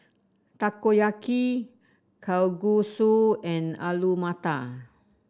Takoyaki Kalguksu and Alu Matar